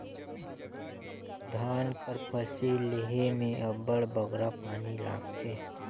धान कर फसिल लेहे में अब्बड़ बगरा पानी लागथे